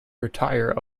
retire